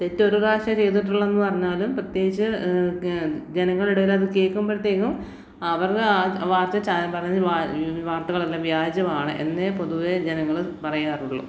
തെറ്റൊരു പ്രാവശ്യം ചെയ്തിട്ടുള്ളൂ എന്ന് പറഞ്ഞാലും പ്രത്യേകിച്ച് ജനങ്ങളുടെ ഇടയിലത് കേള്ക്കുമ്പഴ്ത്തേക്കും അവരുടെ പറഞ്ഞ വാർത്തകളെല്ലാം വ്യാജമാണ് എന്നേ പൊതുവെ ജനങ്ങള് പറയാറുള്ളു